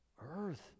Earth